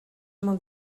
molt